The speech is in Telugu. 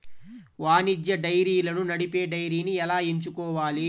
వాణిజ్య డైరీలను నడిపే డైరీని ఎలా ఎంచుకోవాలి?